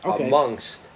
amongst